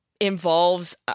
involves